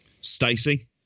Stacey